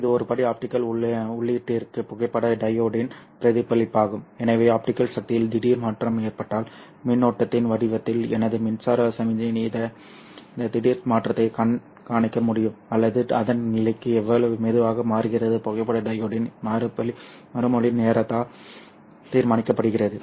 இது ஒரு படி ஆப்டிகல் உள்ளீட்டிற்கு புகைப்பட டையோடின் பிரதிபலிப்பாகும் எனவே ஆப்டிகல் சக்தியில் திடீர் மாற்றம் ஏற்பட்டால் மின்னோட்டத்தின் வடிவத்தில் எனது மின்சார சமிக்ஞை இந்த திடீர் மாற்றத்தைக் கண்காணிக்க முடியும் அல்லது அதன் நிலைக்கு எவ்வளவு மெதுவாக மாறுகிறது புகைப்பட டையோட்டின் மறுமொழி நேரத்தால் தீர்மானிக்கப்படுகிறது